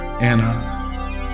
Anna